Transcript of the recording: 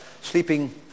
sleeping